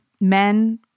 men